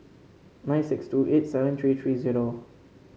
nine six two eight seven three three zero